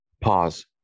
Pause